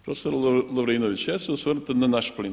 Profesore Lovrinović, ja ću se osvrnuti na naš plin.